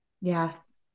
Yes